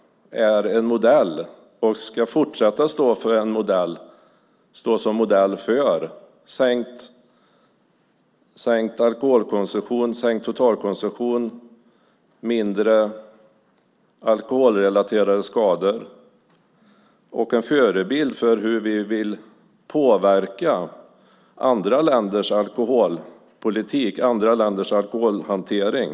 Den ska fortsätta att stå som modell för sänkt alkoholkonsumtion, sänkt totalkonsumtion, mindre alkoholrelaterade skador och en förebild för hur vi vill påverka andra länders alkoholpolitik och alkoholhantering.